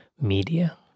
media